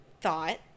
thought